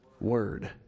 word